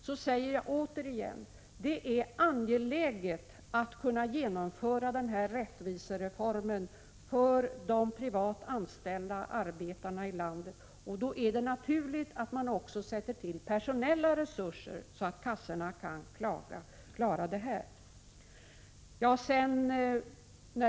Jag säger återigen: Det är angeläget att kunna genomföra den här rättvisereformen för de privat anställda arbetarna i landet. Då är det naturligt att man också ser till personella resurser, så att kassorna kan klara detta.